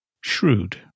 Shrewd